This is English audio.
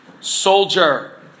Soldier